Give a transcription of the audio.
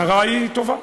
ההערה היא טובה.